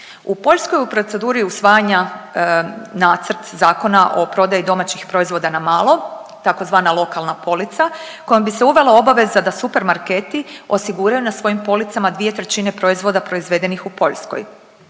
U Poljskoj je u proceduri usvajanja Nacrt zakona o prodaji domaćih proizvoda na malo tzv. lokalna polica kojom bi se uvela obaveza da supermarketi osiguraju na svojim policama 2/3 proizvoda proizvedenih u Poljskoj.